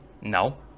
No